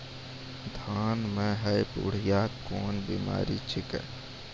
धान म है बुढ़िया कोन बिमारी छेकै?